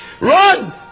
run